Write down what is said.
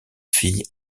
fille